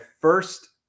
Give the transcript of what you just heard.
first